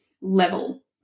level